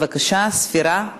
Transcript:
בבקשה, ספירה.